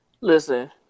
Listen